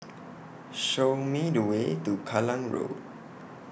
Show Me The Way to Kallang Road